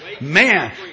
Man